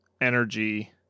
energy